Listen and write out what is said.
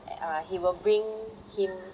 a~ uh he will bring him